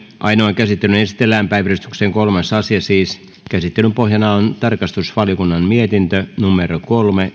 ainoaan käsittelyyn esitellään päiväjärjestyksen kolmas asia käsittelyn pohjana on tarkastusvaliokunnan mietintö kolme